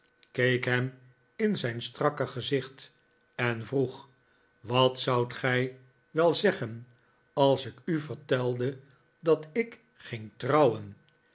keek hem in zijn strakke gezicht en vroeg wat zoudt gij wel zeggen als ik u vertelde dat ik ging trouwen